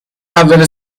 اول